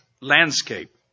landscape